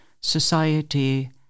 society